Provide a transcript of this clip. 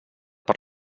per